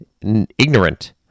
ignorant